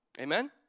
amen